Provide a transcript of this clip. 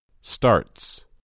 Starts